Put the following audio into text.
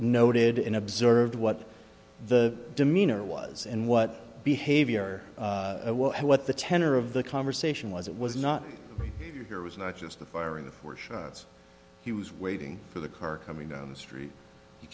noted in observed what the demeanor was and what behavior what the tenor of the conversation was it was not there was not just the firing of four shots he was waiting for the car coming down the street